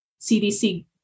CDC